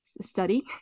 study